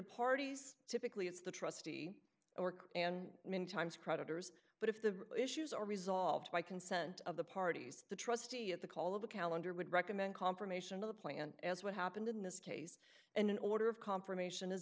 parties typically it's the trustee work and many times creditors but if the issues are resolved by consent of the parties the trustee at the call of the calendar would recommend confirmation of the plant as what happened in this case and an order of confirmation